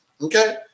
Okay